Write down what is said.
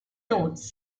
notes